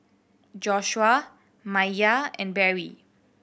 Joshuah Maiya and Barrie